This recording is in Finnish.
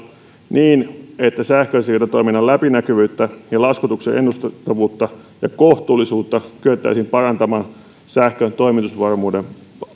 niin että sähkönsiirtotoiminnan läpinäkyvyyttä ja laskutuksen ennustettavuutta ja kohtuullisuutta kyettäisiin parantamaan sähkön toimitusvarmuuden